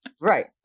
Right